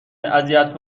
اذیت